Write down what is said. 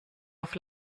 auf